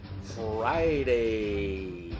Friday